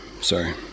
Sorry